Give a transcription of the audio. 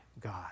God